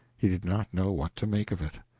he did not know what to make of it,